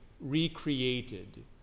recreated